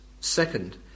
Second